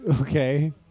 Okay